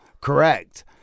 Correct